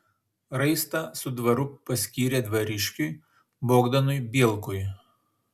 raistą su dvaru paskyrė dvariškiui bogdanui bielkui